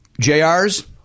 JR's